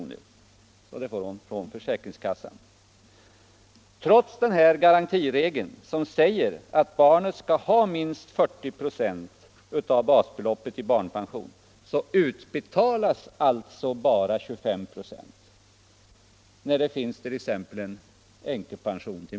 Det får hon från försäkringskassan. Trots den här garantiregeln, som säger att barnet skall ha minst 40 96 av basbeloppet i barnpension, utbetalas alltså bara 25 96 om modern får änkepension.